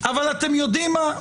אבל אתם יודעים מה,